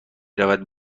رود